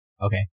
Okay